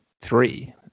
three